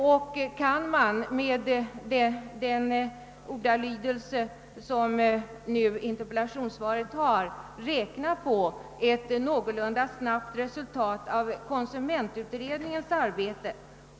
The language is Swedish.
Kan man vidare med hänsyn till den ordalydelse, som interpellationssvaret har, räkna med ett någorlunda snabbt resultat av konsumentutredningens arbete?